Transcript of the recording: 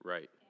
Right